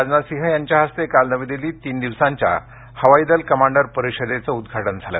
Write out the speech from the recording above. राजनाथ सिंह यांच्या हस्ते काल नवी दिल्लीत तीन दिवसांच्या हवाई दल कमांडर परिषदेचं उदघाटन झालं